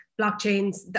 blockchains